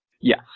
Yes